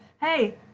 hey